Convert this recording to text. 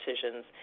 decisions